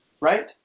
right